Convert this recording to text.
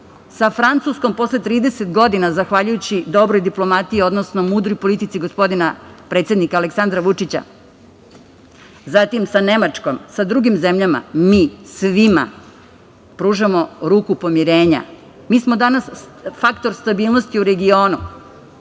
sa Francuskom posle 30 godina, zahvaljujući dobroj diplomatiji, odnosno mudroj politici gospodina predsednika Aleksandra Vučića. Zatim sa Nemačkom, sa drugim zemljama. Mi svima pružamo ruku pomirenja. Mi smo danas faktor stabilnosti u regionu,